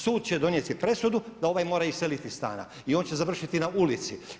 Sud će donijeti presudu da ovaj mora iseliti iz stana i on će završiti na ulici.